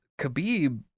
Khabib